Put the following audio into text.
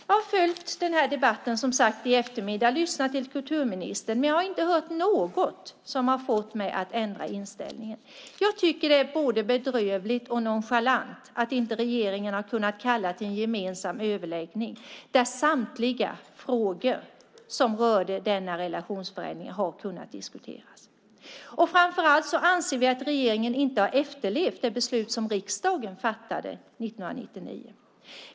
Jag har som sagt följt den här debatten i eftermiddag och lyssnat till kulturministern, men jag har inte hört något som har fått mig att ändra inställning. Jag tycker att det är både bedrövligt och nonchalant att regeringen inte har kunnat kalla till en gemensam överläggning där samtliga frågor som rör denna relationsförändring har kunnat diskuteras. Framför allt anser vi att regeringen inte har efterlevt det beslut som riksdagen fattade 1999.